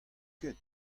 ket